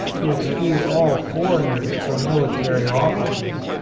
to exclude all foreigners from military offices.